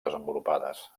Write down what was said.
desenvolupades